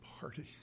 party